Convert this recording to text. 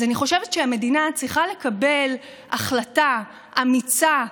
אני חושבת שהמדינה צריכה לקבל החלטה אמיצה,